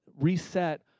reset